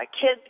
kids